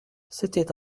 c’était